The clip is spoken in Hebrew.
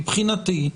מבחינתי,